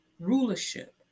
Rulership